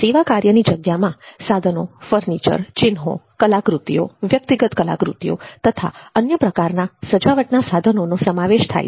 સેવાકાર્યની જગ્યામાં સાધનો ફર્નિચર ચિન્હો કલાકૃતિઓ વ્યક્તિગત કલાકૃતિઓ તથા અન્ય પ્રકારના સજાવટના સાધનોનો સમાવેશ થાય છે